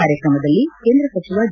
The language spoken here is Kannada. ಕಾರ್ಯಕ್ರಮದಲ್ಲಿ ಕೇಂದ್ರ ಸಚಿವ ಡಿ